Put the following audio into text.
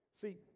See